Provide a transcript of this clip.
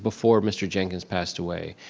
before mr. jenkins passed away.